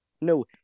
No